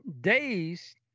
days